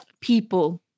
people